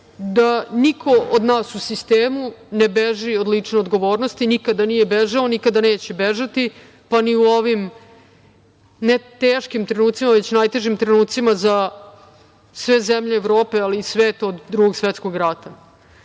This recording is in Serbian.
da niko od nas u sistemu ne beži od lične odgovornosti, nikada nije bežao i nikada neće bežati, pa ni u ovim, ne teškim trenucima, već najtežim trenucima za sve zemlje Evrope, ali i sveta od Drugog svetskog rata.